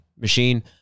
machine